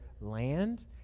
land